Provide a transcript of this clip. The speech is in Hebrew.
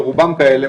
ורובם כאלה,